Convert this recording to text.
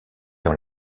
dans